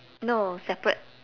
no separate